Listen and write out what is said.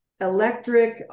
Electric